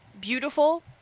beautiful